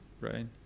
right